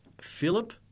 Philip